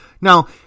Now